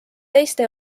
teiste